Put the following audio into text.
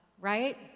Right